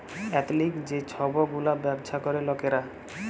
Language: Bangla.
এথলিক যে ছব গুলা ব্যাবছা ক্যরে লকরা